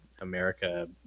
america